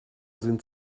sind